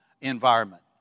environment